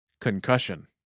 Concussion